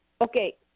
Okay